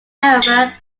however